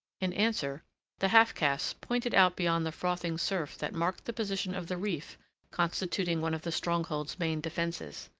in answer the half-caste pointed out beyond the frothing surf that marked the position of the reef constituting one of the stronghold's main defences.